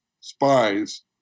spies